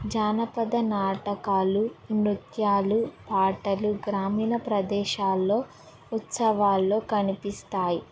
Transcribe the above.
జానపద నాటకాలు నృత్యాలు పాటలు గ్రామీణ ప్రదేశాల్లో ఉత్సవాల్లో కనిపిస్తాయి